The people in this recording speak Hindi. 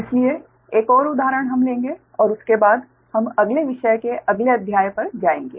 इसलिए एक और उदाहरण हम लेंगे और उसके बाद हम अगले विषय के अगले अध्याय पर जाएंगे